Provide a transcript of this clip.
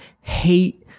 hate